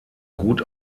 gut